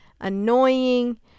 annoying